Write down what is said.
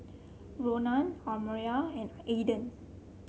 Ronan Almyra and Aidan